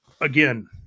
again